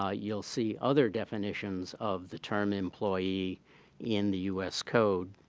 ah you'll see other definitions of the term employee in the us code.